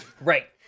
right